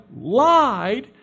lied